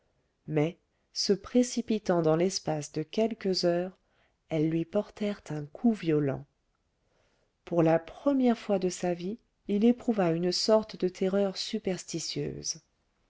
mais se précipitant dans l'espace de quelques heures elles lui portèrent un coup violent pour la première fois de sa vie il éprouva une sorte de terreur superstitieuse